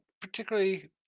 particularly